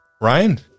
ryan